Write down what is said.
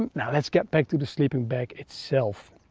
now let's get back to the sleeping bag itself.